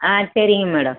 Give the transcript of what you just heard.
ஆ சரிங்க மேடம்